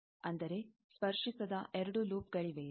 ಅಂದರೆ ಸ್ಪರ್ಶಿಸದ ಎರಡು ಲೂಪ್ಗಳಿವೆಯೇ